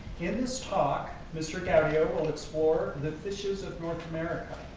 in this talk, mr. gaudio will explore the fishes of north america,